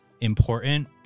important